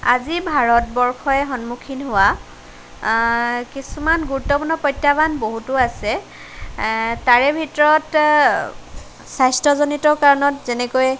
আজি ভাৰতবৰ্ষই সন্মুখীন হোৱা কিছুমান গুৰুত্বপূৰ্ণ প্ৰত্যাহ্বান বহুতো আছে তাৰে ভিতৰত স্বাস্থ্যজনিত কাৰণত যেনেকৈ